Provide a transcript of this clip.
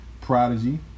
Prodigy